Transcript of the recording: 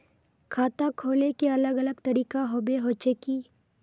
खाता खोले के अलग अलग तरीका होबे होचे की?